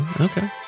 Okay